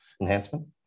enhancement